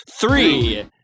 Three